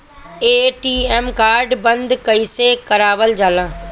ATM card बन्द कईसे करावल जाला?